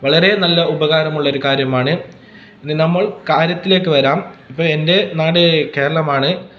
വളരെ നല്ല ഉപകാരമുള്ളൊരു ഒരു കാര്യമാണ് ഇനി നമ്മൾ കാര്യത്തിലേക്ക് വരാം ഇപ്പം എൻ്റെ നാട് കേരളമാണ്